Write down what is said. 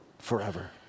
Forever